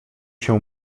się